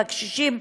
בקשישים,